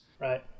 Right